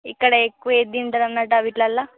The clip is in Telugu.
ఇక్కడ ఎక్కువ ఏది తింటారు అన్నట్టు వీటిలలో